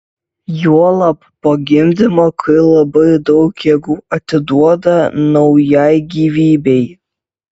juolab po gimdymo kai labai daug jėgų atiduota naujai gyvybei